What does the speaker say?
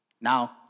Now